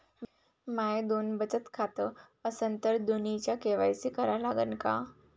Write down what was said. माये दोन बचत खाते असन तर दोन्हीचा के.वाय.सी करा लागन का?